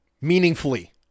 meaningfully